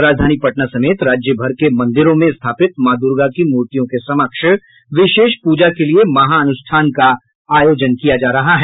राजधानी पटना समेत राज्यभर के मंदिरों में स्थापित माँ दुर्गा की मूर्तियों के समक्ष विशेष पूजा के लिये महानुष्ठान का आयोजन किया जा रहा है